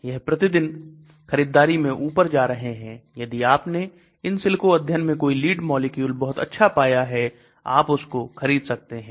यह प्रतिदिन खरीदारी में ऊपर जा रहा है यदि आपने इनसिल्को अध्ययन में कोई लीड मॉलिक्यूल बहुत अच्छा पाया है आप उसको खरीद सकते हैं